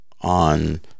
on